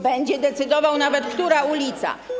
Będzie decydował nawet, która ulica.